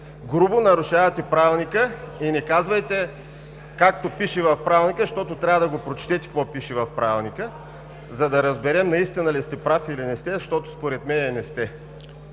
грубо нарушавате Правилника. И не казвайте: „както пише в Правилника“, защото трябва да прочетете какво пише в Правилника, за да разберем наистина ли сте прав, или не сте – според мен не сте